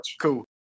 Cool